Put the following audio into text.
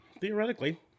Theoretically